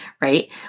right